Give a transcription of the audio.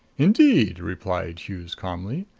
indeed! replied hughes calmly.